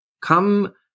Come